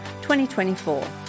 2024